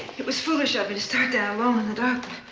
it was foolish of me to start down alone in the dark.